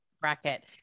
bracket